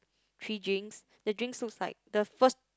three drinks the drinks looks like the first